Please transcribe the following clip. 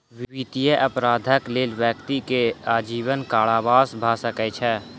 वित्तीय अपराधक लेल व्यक्ति के आजीवन कारावास भ सकै छै